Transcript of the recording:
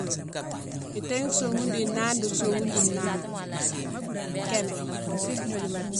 Itaghi sogoune di nane di sogoune di nane, kémé.